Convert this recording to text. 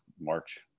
March